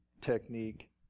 technique